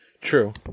true